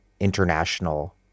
international